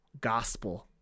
gospel